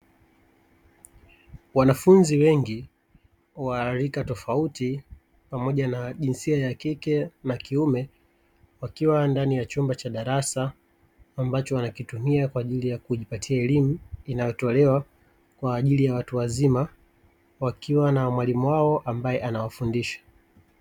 Wanafunzi wengi wa rika tofauti pamoja na jinsia ya kike na kiume wakiwa ndani ya chumba cha darasa ambacho wanakitumia kwa ajili ya kujipatia elimu inayotolewa kwa ajili ya watu wazima, wakiwa na mwalimu wao ambaye anawafundisha.